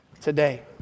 today